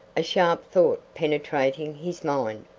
a sharp thought penetrating his mind.